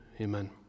Amen